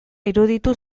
iruditu